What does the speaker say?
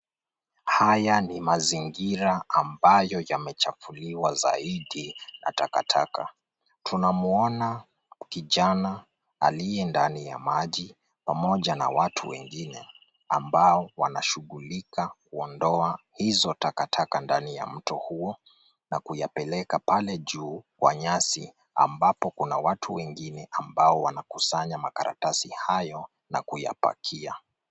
Haya ni mazingira ambayo yamechafuliwa zaidi na takataka. Tunamwona kijana aliye ndani ya maji pamoja na watu wengine ambao wanashughulika kuondoa hizo takataka ndani ya mto huo na kuyapeleka pale juu kwa nyasi ambapo kuna watu wengine ambao wanakusanya makaratasi hayo na kuyapakia.